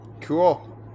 Cool